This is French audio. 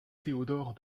théodore